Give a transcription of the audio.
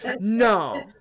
No